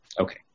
Okay